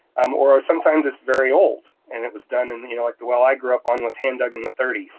um or or sometimes it's very old, and it was done in the. you know like the well i grew up on with hand dug in the thirty s.